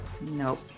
Nope